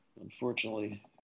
unfortunately